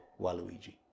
Waluigi